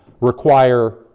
require